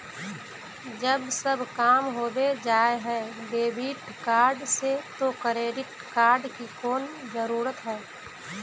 जब सब काम होबे जाय है डेबिट कार्ड से तो क्रेडिट कार्ड की कोन जरूरत है?